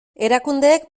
erakundeek